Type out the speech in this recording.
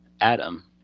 Adam